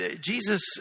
Jesus